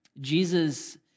Jesus